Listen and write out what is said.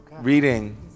reading